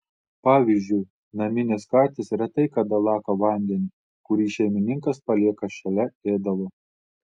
pavyzdžiui naminės katės retai kada laka vandenį kurį šeimininkas palieka šalia ėdalo